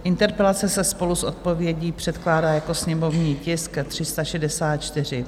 Interpelace se spolu s odpovědí předkládá jako sněmovní tisk 364.